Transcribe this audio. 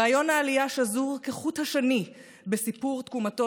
רעיון העלייה שזור כחוט השני בסיפור תקומתו